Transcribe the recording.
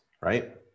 right